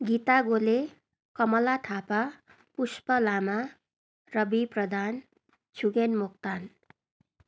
Gita Gole Kamala Thapa Pushpa Lama Ravi Pradhan Chhugen Moktan